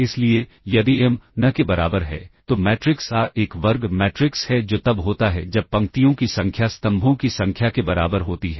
इसलिए यदि m n के बराबर है तो मैट्रिक्स A एक वर्ग मैट्रिक्स है जो तब होता है जब पंक्तियों की संख्या स्तंभों की संख्या के बराबर होती है